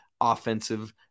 offensive